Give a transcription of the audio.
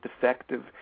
defective